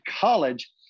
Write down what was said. college